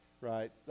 right